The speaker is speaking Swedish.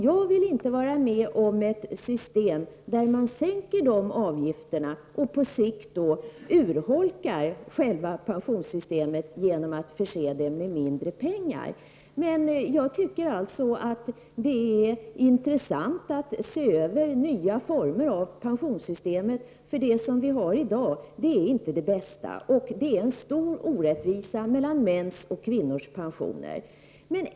Jag vill inte vara med om ett system där man sänker avgifterna och på sikt urholkar själva pensionssystemet genom att förse det med mindre pengar. Det är alltså intressant att studera förslag till nya former för pensionssystemet, eftersom det vi har i dag inte är det bästa. Det råder stor orättvisa mellan mäns och kvinnors pensioner.